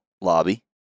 lobby